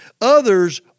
Others